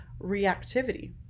reactivity